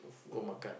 go makan